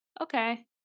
okay